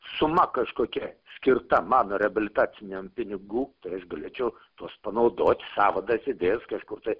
suma kažkokia skirta mano reabilitaciniam pinigų tai aš galėčiau tuos panaudot savo dasidėjęs kažkur tai